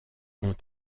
ont